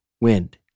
wind